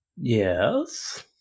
yes